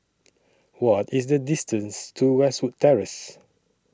What IS The distance to Westwood Terrace